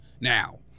Now